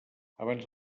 abans